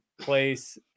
place